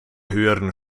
höheren